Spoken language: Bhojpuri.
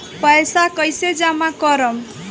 पैसा कईसे जामा करम?